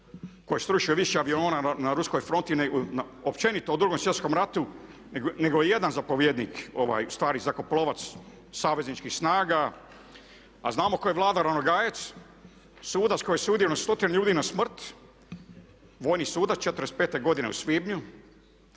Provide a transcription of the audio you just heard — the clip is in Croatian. koji je srušio više aviona na ruskoj fronti općenito u drugom svjetskom ratu nego ijedan zapovjednik stari zrakoplovac savezničkih snaga. A znamo tko je Vlado Ranogajec, sudac koji je osudio na stotine ljudi na smrt, vojni sudac '45. godine u svibnju,